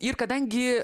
ir kadangi